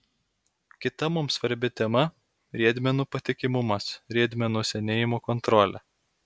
kita mums svarbi tema riedmenų patikimumas riedmenų senėjimo kontrolė